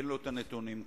כי אין לו הנתונים כאן.